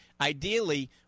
ideally